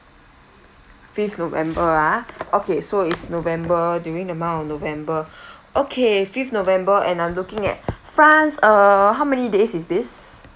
fifth november ah okay so is november during the month of november okay fifth november and I'm looking at france uh how many days is this